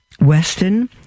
Weston